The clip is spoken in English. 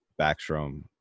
backstrom